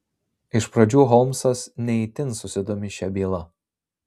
iš pradžių holmsas ne itin susidomi šia byla